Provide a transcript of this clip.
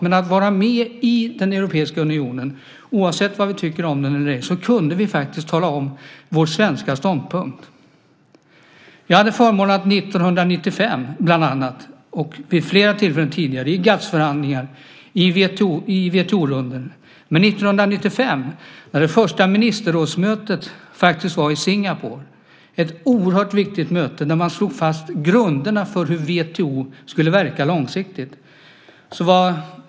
Genom att vara med i den europeiska unionen, oavsett vad vi tycker om den, kunde vi faktiskt tala om vår svenska ståndpunkt. Jag hade förmånen att vara med och se detta 1996 - och vid flera tillfällen tidigare i GATS-förhandlingar och WTO-rundor - när WTO:s första ministerrådsmöte hölls i Singapore, ett oerhört viktigt möte där man slog fast grunderna för hur WTO skulle verka långsiktigt.